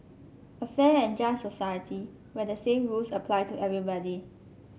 a fair and just society where the same rules apply to everybody